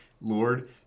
Lord